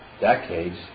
decades